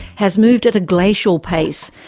has moved at a glacial pace,